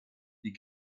die